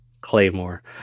Claymore